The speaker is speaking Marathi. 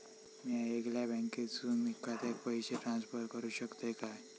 म्या येगल्या बँकेसून एखाद्याक पयशे ट्रान्सफर करू शकतय काय?